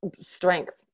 strength